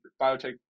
biotech